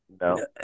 No